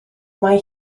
mae